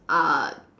are